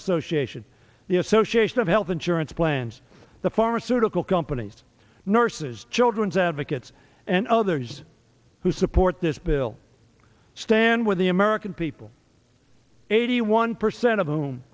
association the association of health insurance plans the pharmaceutical companies nurses children's advocates and others who support this bill stand with the american people eighty one percent of whom